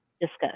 discuss